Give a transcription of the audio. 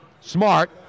smart